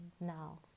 now